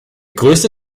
größte